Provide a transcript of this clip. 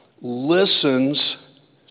listens